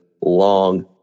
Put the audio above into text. long